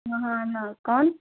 ना कौन